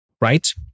right